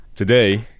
Today